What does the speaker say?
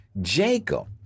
Jacob